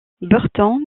berton